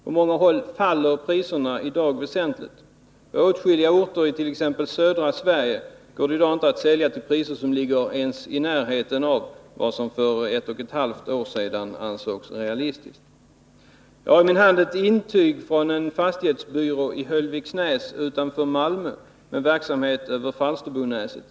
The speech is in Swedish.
På många håll faller priserna i dag väsentligt. På åtskilliga orter i t.ex. södra Sverige går det i dag inte att sälja till priser som ligger ens i närheten av vad som för ett och ett halvt år sedan ansågs realistiskt. Jag har i min hand ett intyg, daterat den 22 april 1980, från en fastighetsbyrå i Höllviksnäs utanför Malmö med verksamhet över Falsterbonäset.